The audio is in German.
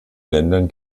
ländern